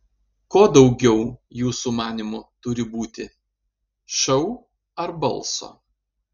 ko daugiau jūsų manymu turi būti šou ar balso